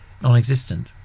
non-existent